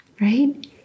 right